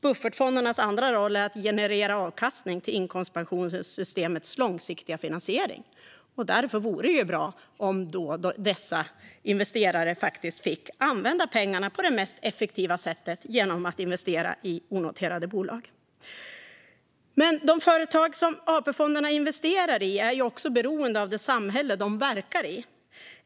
Buffertfondernas andra roll är att generera avkastning till inkomstpensionssystemets långsiktiga finansiering. Därför vore det bra om dessa investerare faktiskt fick använda pengarna på det mest effektiva sättet genom att investera i onoterade bolag. Men de företag som AP-fonderna investerar i är också beroende av det samhälle de verkar i.